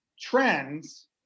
trends